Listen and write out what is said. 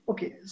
Okay